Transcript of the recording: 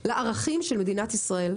לערכים של מדינת ישראל.